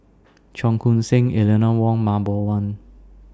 Cheong Koon Seng Eleanor Wong and Mah Bow one